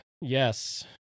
Yes